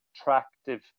attractive